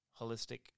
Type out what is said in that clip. holistic